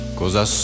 cosa